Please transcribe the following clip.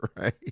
right